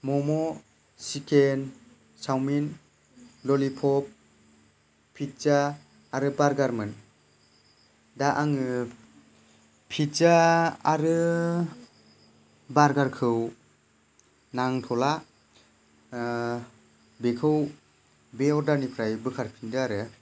मम' chicken chowmein lollipop pizza आरो बारगारमोन दा आङो पिज्जा आरो बारगारखौ नांथ'ला बेखौ बे अरदारनिफ्राय बोखारफिनदो आरो